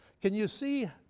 can you see,